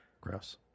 Gross